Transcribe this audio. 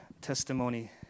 testimony